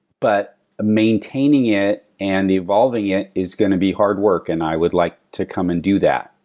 but maintaining it and the evolving it is going to be hard work. and i would like to come and do that.